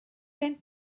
gen